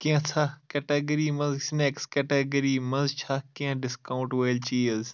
کیٚنٛژھا کیٹَگری مَنٛز snacks category منٛز چھا کینٛہہ ڈسکاونٛٹ وٲلۍ چیٖز؟